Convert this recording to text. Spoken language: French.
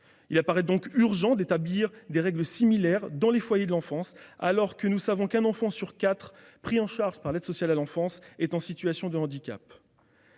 Il apparaît donc urgent d'établir des règles similaires dans les foyers de l'enfance, alors que nous savons qu'un enfant sur quatre pris en charge par l'aide sociale à l'enfance est en situation de handicap.